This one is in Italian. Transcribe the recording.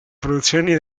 produzioni